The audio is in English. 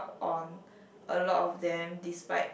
on a lot of them despite